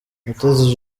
mutesi